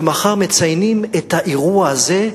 ומחר מציינים את האירוע הזה,